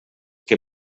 que